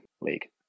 league